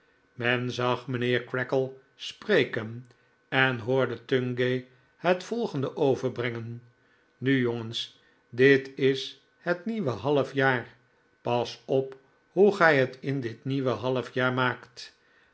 men zag mijnheer creakle spreken en hoorde tungay het volgende overbrengen nu jongens dit is het nieuwe halfjaar pas op hoe gij het in dit nieuwe halfjaar maakt